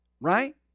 Right